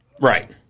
Right